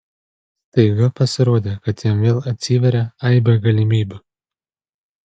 staiga pasirodė kad jam vėl atsiveria aibė galimybių